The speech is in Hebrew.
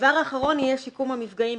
דבר אחרון יהיה שיקום המפגעים,